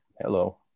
hello